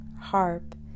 harp